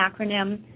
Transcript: acronym